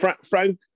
Frank